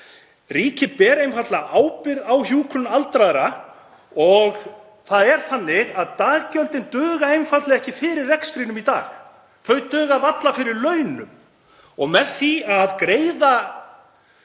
Ríkið ber einfaldlega ábyrgð á hjúkrun aldraðra og daggjöldin duga einfaldlega ekki fyrir rekstrinum í dag. Þau duga varla fyrir launum. Með því að greiða